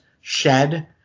shed